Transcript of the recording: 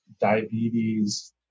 diabetes